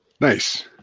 Nice